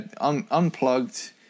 unplugged